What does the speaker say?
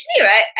right